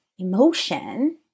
emotion